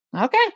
Okay